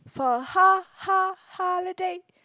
for ha ha holiday